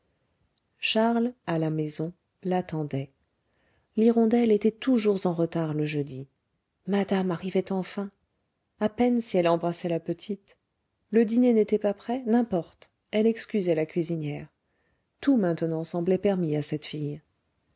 charles à la maison l'attendait l'hirondelle était toujours en retard le jeudi madame arrivait enfin à peine si elle embrassait la petite le dîner n'était pas prêt n'importe elle excusait la cuisinière tout maintenant semblait permis à cette fille